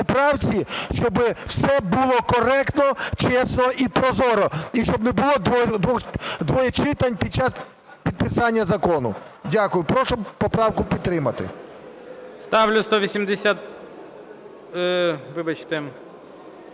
щоб все було коректно, чесно і прозоро і щоб не було двочитань під час підписання закону. Дякую. Прошу поправку підтримати. ГОЛОВУЮЧИЙ. Ставлю